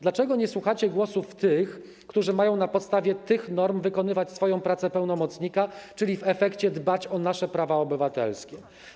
Dlaczego nie słuchacie głosów tych, którzy mają na podstawie tych norm wykonywać swoją pracę pełnomocnika, czyli w efekcie dbać o nasze prawa obywatelskie?